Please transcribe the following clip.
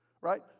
right